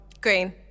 Green